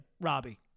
robbie